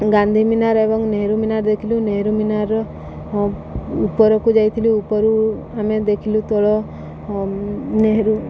ଗାନ୍ଧୀ ମିନାର ଏବଂ ନେହରୁ ମିନାର ଦେଖିଲୁ ନେହେରୁ ମିନାର ଉପରକୁ ଯାଇଥିଲୁ ଉପରୁ ଆମେ ଦେଖିଲୁ ତଳ ନେହେରୁ